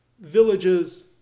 villages